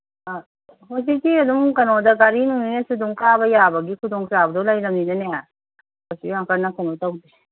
ꯑ ꯍꯧꯖꯤꯛꯇꯤ ꯑꯗꯨꯝ ꯀꯩꯅꯣꯗ ꯒꯥꯔꯤ ꯅꯨꯡꯂꯤꯅꯁꯨ ꯑꯗꯨꯝ ꯀꯥꯕ ꯌꯥꯕꯒꯤ ꯈꯎꯗꯣꯡ ꯆꯥꯕꯗꯨ ꯂꯩꯔꯝꯅꯤꯅꯅꯦ ꯀꯩꯁꯨ ꯌꯥꯝ ꯀꯟꯅ ꯀꯩꯅꯣ ꯇꯧꯗꯦ